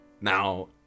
Now